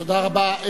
תודה רבה.